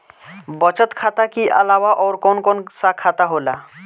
बचत खाता कि अलावा और कौन कौन सा खाता होला?